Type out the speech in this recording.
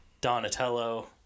Donatello